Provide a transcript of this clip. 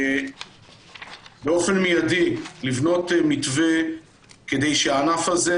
באופן מידי לבנות מתווה כדי שהענף הזה